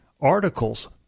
articles